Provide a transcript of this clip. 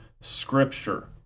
Scripture